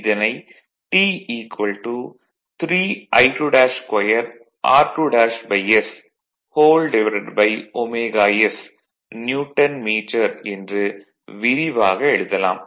இதனை T 3I22 r2sωs Newton metre என்று விரிவாக எழுதலாம்